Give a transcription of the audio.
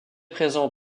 présent